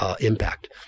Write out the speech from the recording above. impact